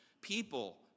people